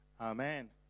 Amen